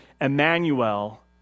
Emmanuel